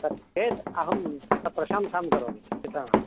तत् चेत् अहं प्रशंसां करोमि चित्राणां